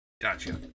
Gotcha